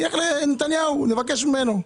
אני אלך לנתניהו, נבקש ממנו.